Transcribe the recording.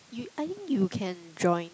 you I think you can join